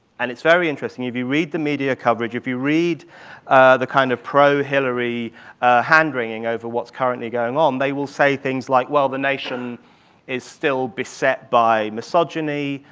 and it's very interesting. if you read the media coverage, if you read the kind of pro-hillary hand-wringing over what's currently going on, they will say thinks like, well, the nation is still beset by misogyny.